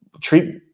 Treat